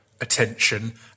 attention